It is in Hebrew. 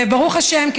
וברוך השם,